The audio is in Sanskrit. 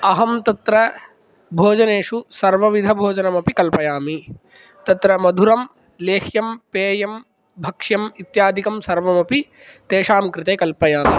अहं तत्र भोजनेषु सर्वविधभोजनमपि कल्पयामि तत्र मधुरं लेह्यं पेयं भक्ष्यम् इत्यादिकं सर्वमपि तेषाङ्कृते कल्पयामि